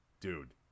Dude